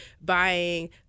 buying